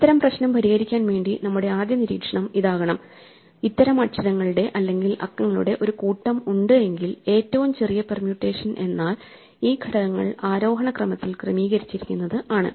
ഇത്തരം പ്രശ്നം പരിഹരിക്കാൻ വേണ്ടി നമ്മുടെ ആദ്യ നിരീക്ഷണം ഇതാകണം ഇത്തരം അക്ഷരങ്ങളുടെ അല്ലെങ്കിൽ അക്കങ്ങളുടെ ഒരു കൂട്ടം ഉണ്ട് എങ്കിൽ ഏറ്റവും ചെറിയ പെർമ്യൂട്ടേഷൻ എന്നാൽ ഈ ഘടകങ്ങൾ ആരോഹണ ക്രമത്തിൽ ക്രമീകരിച്ചിരിക്കുന്നത് ആണ്